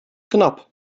knap